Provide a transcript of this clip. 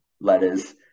letters